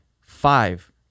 five